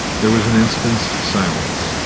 there was an instant's silence,